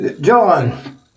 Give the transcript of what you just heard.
John